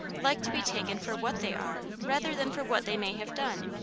like to be taken for what they are rather than for what they may have done.